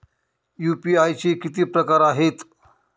UPI चे किती प्रकार आहेत?